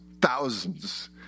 Thousands